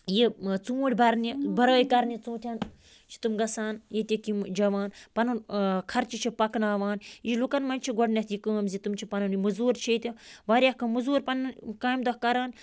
یہِ ژوٗنٛٹھۍ بَرنہِ بَرٲے کَرنہِ ژوٗنٛٹھٮ۪ن چھِ تٕم گژھان ییٚتِکۍ یِم جَوان پَنُن خرچہٕ چھِ پَکناوان یہِ لُکَن منٛز چھِ گۄڈٕنٮ۪تھ یہِ کٲم زِ تِم چھِ پَنُن یہِ مٔزوٗر چھِ ییٚتہِ واریاہ کَم مٔزوٗر پَنُن کامہِ دۄہ کَران